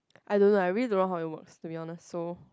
I don't know I really don't know how it works to be honest so